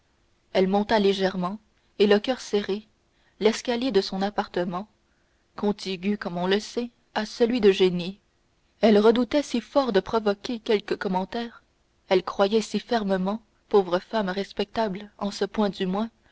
elle monta légèrement et le coeur serré l'escalier de son appartement contigu comme on sait à celui d'eugénie elle redoutait si fort de provoquer quelque commentaire elle croyait si fermement pauvre femme respectable en ce point du moins